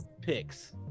picks